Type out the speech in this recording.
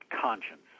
conscience